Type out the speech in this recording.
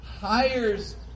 hires